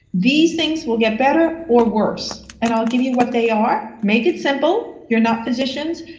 these things will get better or worse and i'll give you what they are. make it simple, you're not physicians.